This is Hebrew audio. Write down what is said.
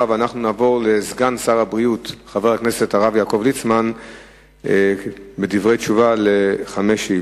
חבר הכנסת גדעון עזרא שאל